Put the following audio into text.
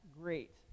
great